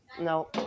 No